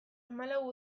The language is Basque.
hamalau